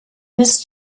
bis